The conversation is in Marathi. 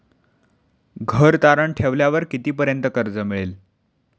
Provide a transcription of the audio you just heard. घर तारण ठेवल्यावर कितीपर्यंत कर्ज मिळेल?